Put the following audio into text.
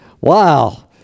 wow